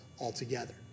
altogether